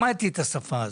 למדתי את השפה הזאת.